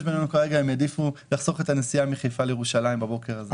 בינינו כרגע הם העדיפו לחסוך את הנסיעה מחיפה לירושלים הבוקר הזה.